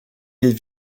îles